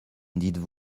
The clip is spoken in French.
dites